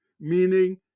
meaning